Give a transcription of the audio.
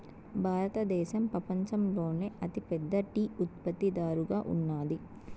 భారతదేశం పపంచంలోనే అతి పెద్ద టీ ఉత్పత్తి దారుగా ఉన్నాది